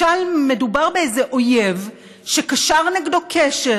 משל מדובר באיזה אויב שקשר נגדו קשר